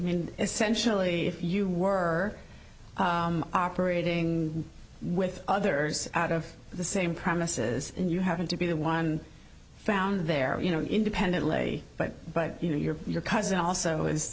mean essentially if you were operating with others out of the same premises and you happen to be the one found there are you know independently but but you know you're your cousin also is